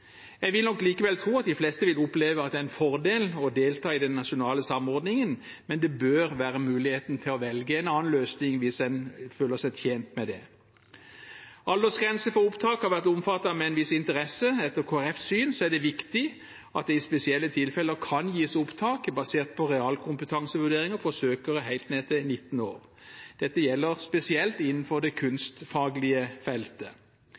Jeg vil nok likevel tro at de fleste vil oppleve at det er en fordel å delta i den nasjonale samordningen, men det bør være mulig å velge en annen løsning hvis en føler seg tjent med det. Aldersgrense for opptak har vært omfattet med en viss interesse. Etter Kristelig Folkepartis syn er det viktig at det i spesielle tilfeller kan gis opptak basert på realkompetansevurderinger for søkere helt ned til 19 år. Dette gjelder spesielt innenfor det kunstfaglige feltet.